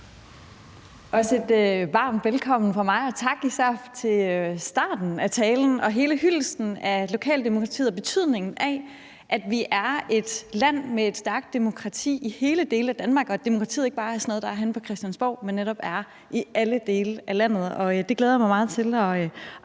også et varmt velkommen fra mig, og tak for især starten af talen og hele hyldesten af lokaldemokratiet og betydningen af, at vi er et land med et stærkt demokrati i alle dele af Danmark, og at demokratiet ikke bare er sådan noget, der er på Christiansborg, men netop er i alle dele af landet. Det glæder jeg mig meget til